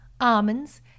almonds